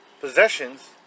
Possessions